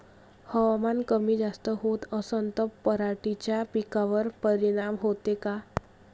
हवामान कमी जास्त होत असन त पराटीच्या पिकावर परिनाम होते का?